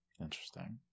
interesting